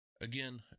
Again